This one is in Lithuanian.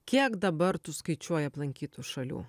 kiek dabar tu skaičiuoji aplankytų šalių